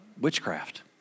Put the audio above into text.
witchcraft